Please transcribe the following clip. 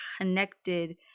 connected